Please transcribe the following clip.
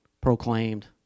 proclaimed